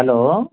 hello